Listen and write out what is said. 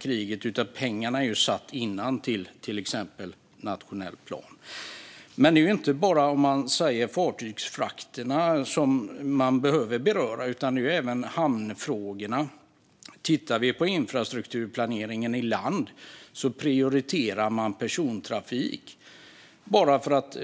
kriget, utan pengarna är avsatta innan, till exempel i nationell plan. Det är inte heller bara fartygsfrakterna som man behöver beröra utan även hamnfrågorna. När det gäller infrastrukturplaneringen i land prioriterar man persontrafik. Den måste komma fram i tid.